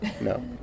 no